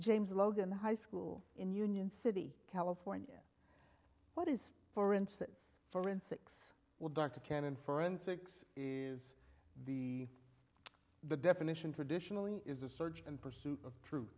james logan high school in union city california what is for instance forensics well dr cannon forensics is the the definition traditionally is a search and pursuit of tru